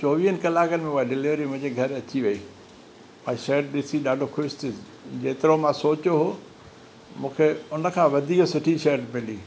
चोवीहनि कलाकनि में उहा डिलीवरी मुंहिंजे घरु अची वई ऐं शर्ट ॾिसी ॾाढो ख़ुशि थियुसि जेतिरो मां सोचियो हुओ मूंखे उनखां वधीक सुठी शर्ट मिली